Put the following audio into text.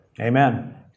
Amen